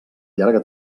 llarga